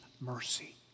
mercy